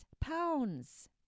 pounds